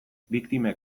biktimek